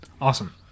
Awesome